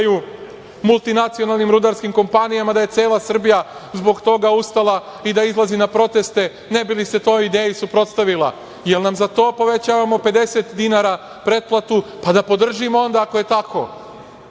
multinacionalnim rudarskim kompanijama, da je cela Srbija zbog toga ustala i da izlazi na proteste ne bi li se toj ideji suprotstavila? Da li za to povećavamo 50 dinara pretplatu? Da podržimo onda ako je tako? Hoće